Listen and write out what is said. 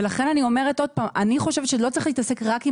לכן אני אומרת שוב שאני חושבת שלא צריך להתעסק רק עם